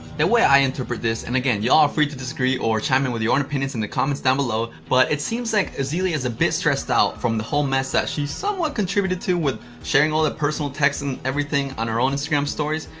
the way i interpret this and, again, y'all are free to disagree or chime in with your own opinions in the comments down below, but it seems like azealia is a bit stressed out from the whole mess that she's somewhat contributed to, with sharing all those personal texts and everything on her own instagram stories.